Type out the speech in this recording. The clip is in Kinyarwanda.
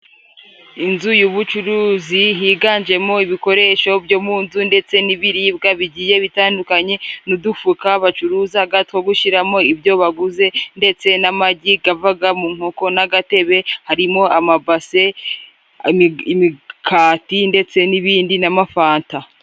Inzu y'ubucuruzi higanjemo ibikoresho byo mu nzu, ndetse n'ibiribwa bigiye bitandukanye n'udufuka bacuruzaga, two gushyiramo ibyo baguze ndetse n'amagi yavaga mu nkoko n'agatebe harimo amabas,e imikati ndetse n'ibindi n'amafanta.